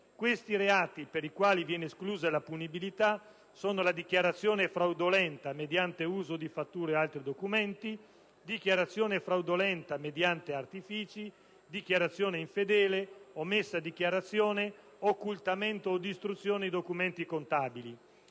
I reati per i quali viene esclusa la punibilità sono la dichiarazione fraudolenta mediante uso di fattura e altri documenti, la dichiarazione fraudolenta mediante artifici, dichiarazione infedele, omessa dichiarazione, occultamento o distruzione di documenti contabili.